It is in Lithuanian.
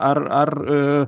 ar ar